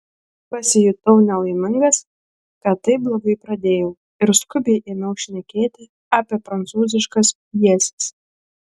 pasijutau nelaimingas kad taip blogai pradėjau ir skubiai ėmiau šnekėti apie prancūziškas pjeses